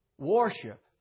Worship